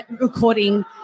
recording